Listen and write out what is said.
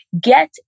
get